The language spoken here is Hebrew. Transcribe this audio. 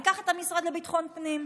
ניקח את המשרד לביטחון פנים.